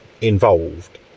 involved